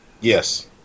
Yes